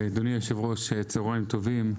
צהריים טובים.